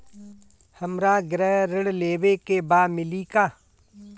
हमरा गृह ऋण लेवे के बा मिली का?